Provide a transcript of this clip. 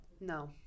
No